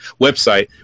website